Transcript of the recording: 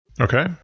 Okay